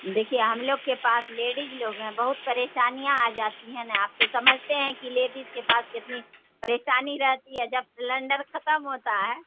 دیکھیے ہم لوگ کے پاس لیڈیز لوگ ہیں بہت پریشانیاں آ جاتی ہیں نا آپ تو سمجھتے ہیں کہ لیڈیز کے پاس کتنی پریشانی رہتی ہے جب سلنڈر ختم ہوتا ہے